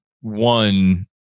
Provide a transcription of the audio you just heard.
one